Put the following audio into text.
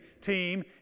team